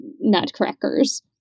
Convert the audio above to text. nutcrackers